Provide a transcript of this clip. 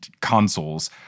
consoles